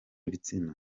ibitsina